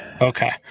Okay